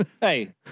Hey